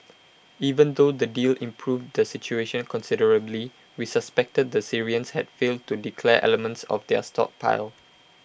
even though the deal improved the situation considerably we suspected the Syrians had failed to declare elements of their stockpile